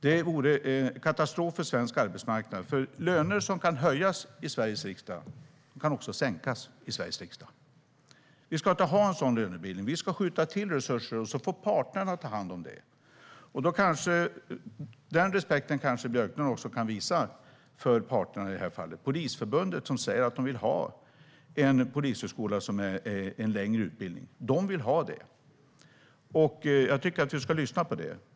Det vore en katastrof för svensk arbetsmarknad, för löner som kan höjas i Sveriges riksdag kan också sänkas i Sveriges riksdag. Vi ska inte ha en sådan lönebildning. Vi ska skjuta till resurser, och så får parterna ta hand om det. Den respekten kanske Björklund också kan visa parterna i det här fallet, det vill säga Polisförbundet, som säger att de vill ha en polishögskola med en längre utbildning. Det vill de ha, och jag tycker att Jan Björklund ska lyssna på det.